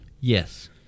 Yes